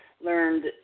learned